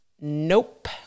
nope